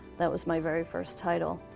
that was my very first title.